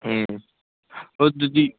ꯎꯝ ꯑꯗꯨꯗꯤ